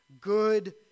Good